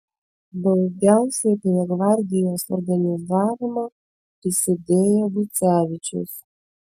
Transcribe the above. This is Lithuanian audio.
daugiausiai prie gvardijos organizavimo prisidėjo gucevičius